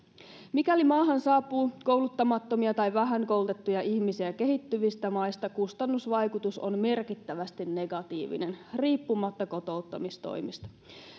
mikäli maahan saapuu kouluttamattomia tai vähän koulutettuja ihmisiä kehittyvistä maista kustannusvaikutus on merkittävästi negatiivinen riippumatta kotouttamistoimista